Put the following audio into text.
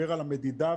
פעולה,